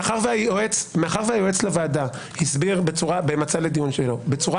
מאחר שהיועץ לוועדה הסביר במצע לדיון במסמך ההכנה שלו בצורה